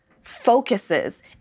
focuses